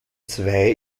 zwei